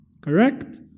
Correct